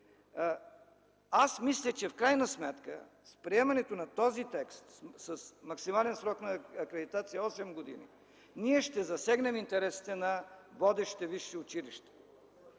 Аз мисля, че в крайна сметка, с приемането на този текст с максимален срок на акредитация осем години, ние ще засегнем интересите на водещите висши училища.